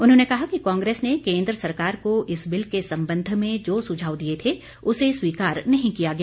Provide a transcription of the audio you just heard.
उन्होंने कहा कि कांग्रेस ने केन्द्र सरकार को इस बिल के संबंध में जो सुझाव दिए थे उसे स्वीकार नहीं किया गया